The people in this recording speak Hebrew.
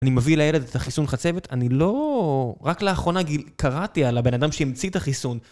אני מביא לילד את החיסון חצבת? אני לא... רק לאחרונה קראתי על הבן אדם שימציא את החיסון.